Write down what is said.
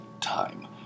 time